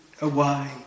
away